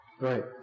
right